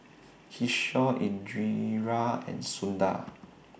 Kishore Indira and Sundar